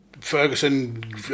Ferguson